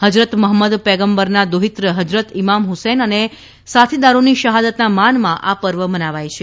હજરત મહંમદ પયગંબરના દોહિત્ર ફજરત ઇમામ ફસેન અને સાથીદારોની શહાદતના માનમાં આ પર્વ મનાવાય છે